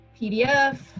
PDF